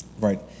Right